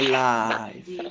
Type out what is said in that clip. life